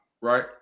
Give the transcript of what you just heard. right